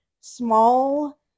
small